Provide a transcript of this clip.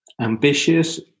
Ambitious